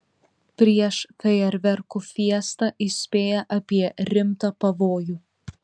prieš fejerverkų fiestą įspėja apie rimtą pavojų